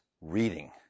reading